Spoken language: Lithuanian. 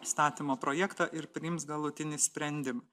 įstatymo projektą ir priims galutinį sprendimą